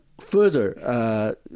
further